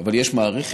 אבל יש מערכת